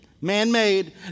man-made